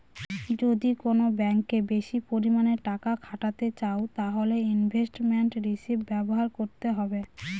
যদি কোন ব্যাঙ্কে বেশি পরিমানে টাকা খাটাতে চাও তাহলে ইনভেস্টমেন্ট রিষিভ ব্যবহার করতে হবে